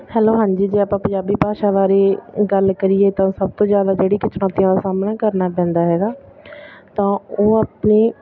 hello ਹਾਂਜੀ ਜੇ ਆਪਾਂ ਪੰਜਾਬੀ ਭਾਸ਼ਾ ਬਾਰੇ ਗੱਲ ਕਰੀਏ ਤਾਂ ਸਭ ਤੋਂ ਜ਼ਿਆਦਾ ਜਿਹੜੀਆਂ ਕਿ ਚੁਣੋਤੀਆਂ ਦਾ ਸਾਹਮਣਾ ਕਰਨਾ ਪੈਂਦਾ ਹੈਗਾ ਤਾਂ ਉਹ ਆਪਣੇ